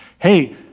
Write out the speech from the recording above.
hey